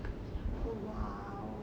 oh !wow!